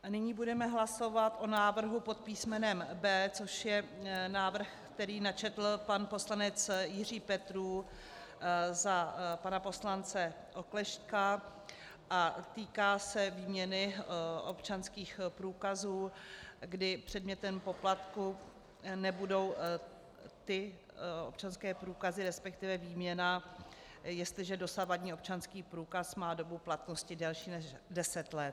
A nyní budeme hlasovat o návrhu pod písmenem B, což je návrh, který načetl pan poslanec Jiří Petrů za pana poslance Oklešťka a týká se výměny občanských průkazů, kdy předmětem poplatku nebudou ty občanské průkazy, respektive výměna, jestliže dosavadní občanský průkaz má dobu platnosti delší než 10 let.